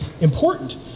important